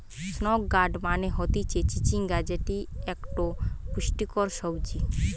snake gourd মানে হতিছে চিচিঙ্গা যেটি একটো পুষ্টিকর সবজি